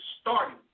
starting